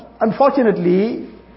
unfortunately